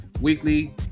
Weekly